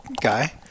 guy